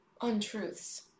untruths